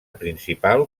principal